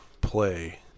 play